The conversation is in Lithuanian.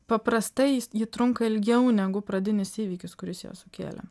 paprastai jis ji trunka ilgiau negu pradinis įvykis kuris ją sukėlė